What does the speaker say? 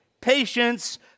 Patience